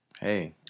hey